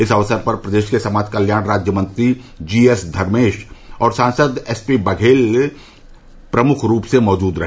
इस अवसर पर प्रदेश के समाज कल्याण राज्य मंत्री जीएसधर्मेश और सांसद एसपीबघेल प्रमुख रूप से मौजूद रहे